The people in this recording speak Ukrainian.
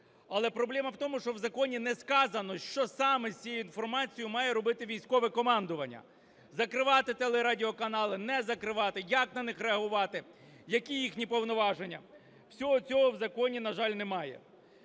Але проблема в тому, що в законі не сказано, що саме з цією інформацією має робити військове командування: закривати телерадіоканали, не закривати, як на них реагувати, які їхні повноваження. Всього цього в законі, на жаль, немає.